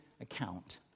account